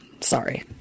Sorry